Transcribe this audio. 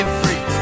free